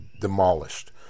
demolished